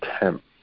attempt